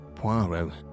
Poirot